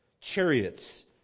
Chariots